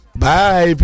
bye